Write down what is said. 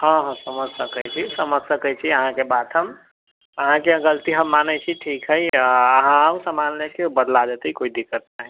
हॅं हॅं समझ सकै छी समझ सकै छी अहाँ के बात हम अहाँ के गलती हम मानै छी ठीक है अहाँ आउ सामान ले के बदला जेतै कोइ दिक्कत नहि